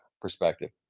perspective